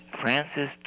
Francis